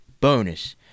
bonus